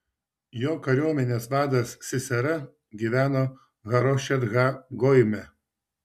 jo kariuomenės vadas sisera gyveno harošet ha goime